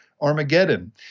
Armageddon